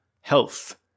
health